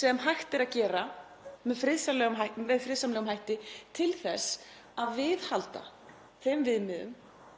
sem hægt er að gera með friðsamlegum hætti til þess að viðhalda þeim viðmiðum